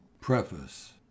Preface